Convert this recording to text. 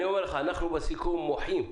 אני אומר לך, אנחנו בסיכום מוחים.